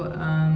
mmhmm